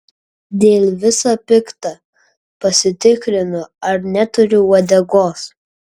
dėl visa pikta pasitikrinu ar neturiu uodegos